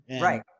Right